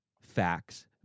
facts